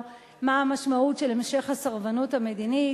מה המשמעות של המשך הסרבנות המדינית,